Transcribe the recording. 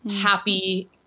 happy